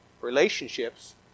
relationships